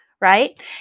right